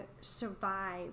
survive